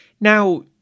Now